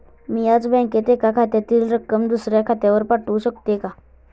मी याच बँकेत एका खात्यातील रक्कम दुसऱ्या खात्यावर पाठवू शकते का?